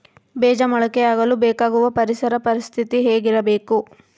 ಬೇಜ ಮೊಳಕೆಯಾಗಲು ಬೇಕಾಗುವ ಪರಿಸರ ಪರಿಸ್ಥಿತಿ ಹೇಗಿರಬೇಕು?